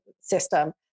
system